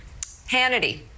Hannity